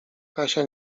kasia